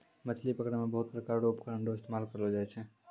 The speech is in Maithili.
मछली पकड़ै मे बहुत प्रकार रो उपकरण रो इस्तेमाल करलो जाय छै